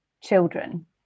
children